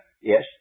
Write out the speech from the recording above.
yes